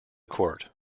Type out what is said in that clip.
court